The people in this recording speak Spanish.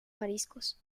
mariscos